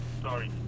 Sorry